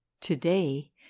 Today